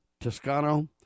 Toscano